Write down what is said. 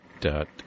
Dot